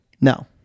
No